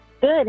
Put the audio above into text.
Good